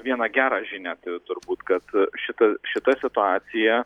vieną gerą žinią turiu turbūt kad šita šita situacija